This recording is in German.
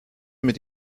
mit